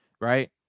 Right